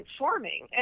forming